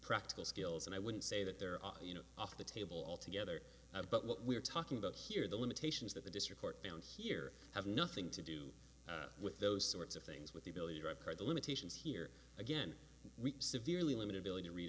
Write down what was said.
practical skills and i wouldn't say that there are you know off the table altogether but what we're talking about here are the limitations that the district court found here have nothing to do with those sorts of things with the ability to record the limitations here again severely limited ability to read